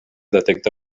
detecta